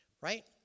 right